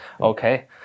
Okay